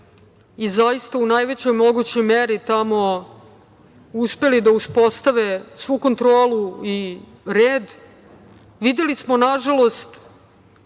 i zaista u najvećoj mogućoj meri tamo uspeli da uspostave svu kontrolu i red. Videli smo nažalost,